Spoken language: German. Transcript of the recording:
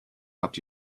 habt